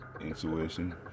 Intuition